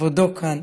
כבודו כאן.